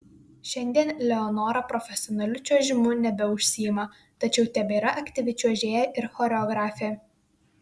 šiandien leonora profesionaliu čiuožimu nebeužsiima tačiau tebėra aktyvi čiuožėja ir choreografė